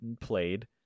played